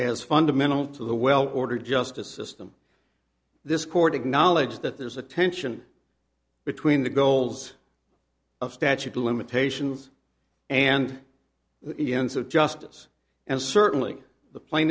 as fundamental to the well ordered justice system this court acknowledge that there's a tension between the goals of statute of limitations and the ends of justice and certainly the pla